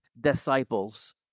disciples